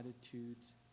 attitudes